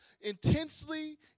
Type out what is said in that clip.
intensely